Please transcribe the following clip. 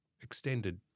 extended